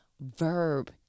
verb